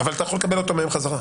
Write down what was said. אבל אתה יכול לקבל אותו מהם חזרה.